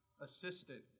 assistant